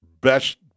Best